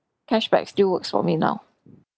cashback still works for me now